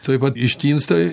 tuoj pat ištinsta